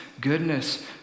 goodness